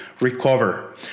recover